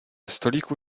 stoliku